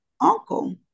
uncle